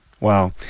Wow